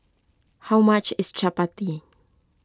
how much is Chappati